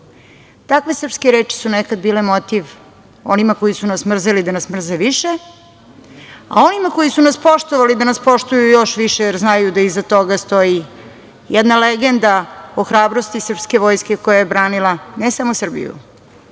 Takve srpske reči su nekad bile motiv onima koji su nas mrzeli da nas mrze više, a onima koji su nas poštovali da nas poštuju još više, jer znaju da iza toga stoji jedna legenda o hrabrosti srpske vojske koja je branila ne samo Srbiju